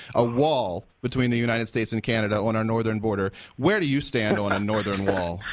a wall between the united states and canada on our northern border. where do you stand on a northern wall?